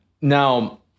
Now